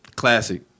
Classic